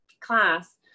class